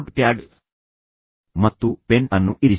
ಮತ್ತು ಫೋನ್ ಬಳಿ ನೋಟ್ಪ್ಯಾಡ್ ಮತ್ತು ಪೆನ್ ಅನ್ನು ಇರಿಸಿ